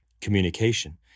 communication